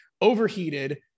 overheated